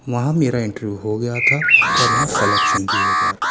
वहाँ मेरा इंटरव्यू हो गया था और वहाँ सलेक्शन भी हो गया था